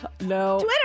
No